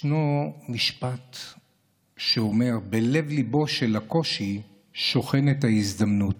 יש משפט שאומר: בלב-ליבו של הקושי שוכנת ההזדמנות.